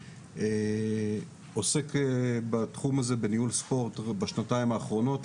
עוסק בתחום ניהול ספורט בשנתיים האחרונות,